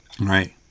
Right